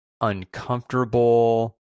uncomfortable